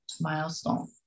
milestone